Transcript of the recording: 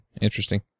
Interesting